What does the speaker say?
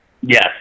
Yes